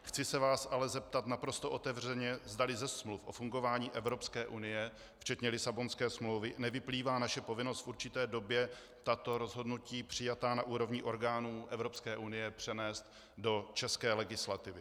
Chci se vás ale zeptat naprosto otevřeně, zdali ze smluv o fungování Evropské unie, včetně Lisabonské smlouvy, nevyplývá naše povinnost v určité době tato rozhodnutí přijatá na úrovni orgánu Evropské unie přenést do české legislativy.